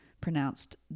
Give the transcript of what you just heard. pronounced